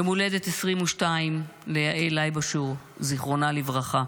יום הולדת 22 ליעל לייבושור, זיכרונה לברכה.